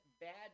bad